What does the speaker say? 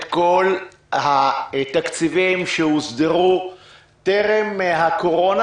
האם קיבלתם את כל התקציבים שהוסדרו טרם הקורונה?